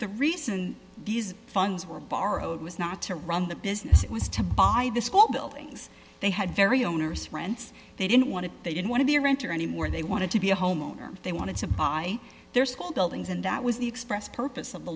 the reason these funds were borrowed was not to run the business it was to buy the school buildings they had very onerous rents they didn't want to they didn't want to be your mentor anymore they wanted to be a homeowner they wanted to buy their school buildings and that was the express purpose of the